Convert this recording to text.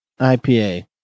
IPA